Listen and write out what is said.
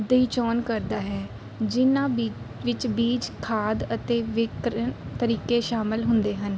ਦੀ ਚੋਣ ਕਰਦਾ ਹੈ ਜਿਨ੍ਹਾਂ ਵਿੱ ਵਿੱਚ ਬੀਜ ਖਾਦ ਅਤੇ ਵਿਕਰਨ ਤਰੀਕੇ ਸ਼ਾਮਿਲ ਹੁੰਦੇ ਹਨ